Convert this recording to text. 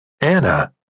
Anna